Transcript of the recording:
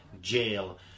jail